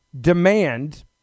demand